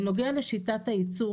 בנוגע לשיטת הייצור,